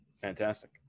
Fantastic